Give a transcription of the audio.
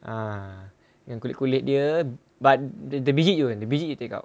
ah dengan kulit-kulit dia but the biji the biji you take out